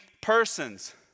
persons